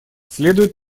следует